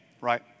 right